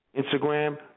Instagram